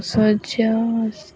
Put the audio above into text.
ସୂର୍ଯ୍ୟ ଅସ୍ତ